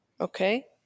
Okay